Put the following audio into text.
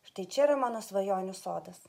štai čia yra mano svajonių sodas